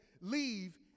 leave